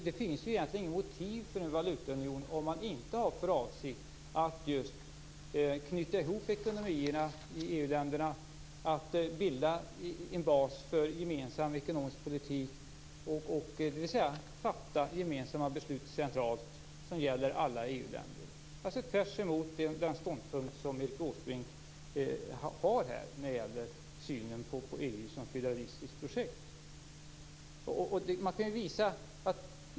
Det finns egentligen inget motiv till en valutaunion om man inte har för avsikt att knyta ihop EU-ländernas ekonomier, att bilda en bas för en gemensam ekonomisk politik och att fatta gemensamma beslut centralt som gäller i alla EU-länder, alltså tvärtemot den ståndpunkt som Erik Åsbrink har när det gäller synen på EU som federalistiskt projekt.